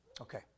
Okay